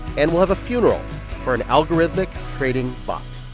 and we'll have a funeral for an algorithmic trading bot